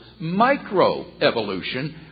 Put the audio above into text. microevolution